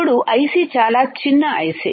అప్పుడు ఐసి చాలా చిన్న ఐసి